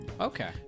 okay